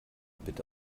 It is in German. bitte